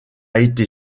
été